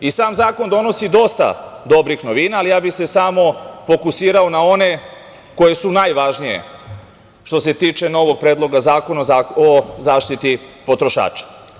Sam zakon donosi dosta dobrih novina, ali ja bih se samo fokusirao na one koje su najvažnije, što se tiče novog Predloga zakona o zaštiti potrošača.